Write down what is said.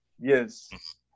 Yes